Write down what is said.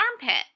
armpit